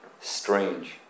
Strange